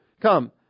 come